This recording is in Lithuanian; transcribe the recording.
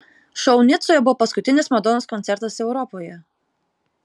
šou nicoje buvo paskutinis madonos koncertas europoje